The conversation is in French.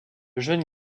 jeune